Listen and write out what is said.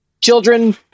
children